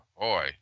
boy